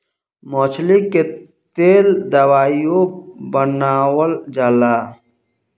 मछली के तेल दवाइयों बनावल जाला